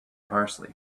parsley